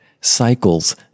cycles